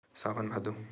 सावन भादो